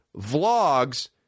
vlogs